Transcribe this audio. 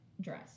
dress